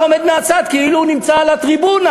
עומד מהצד כאילו הוא נמצא על הטריבונה.